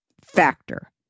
Factor